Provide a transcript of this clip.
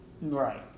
right